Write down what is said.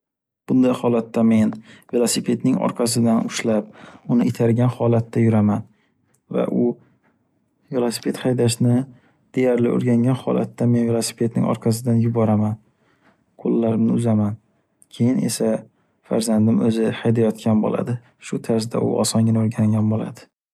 Bunday holatda men velosipedni orqasidan ushlab, uni itargan holatda yuraman. Va u velosiped haydashni deyarli o’rgangan holatda men velosipedning orqasidan yuboraman qo’llarimni uzaman. Keyin esa farzandim o’zi haydayotgan bo’ladi. Shu tarzda u osongina o’rgangan bo’ladi.